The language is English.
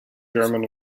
german